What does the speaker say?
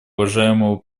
уважаемому